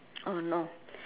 oh no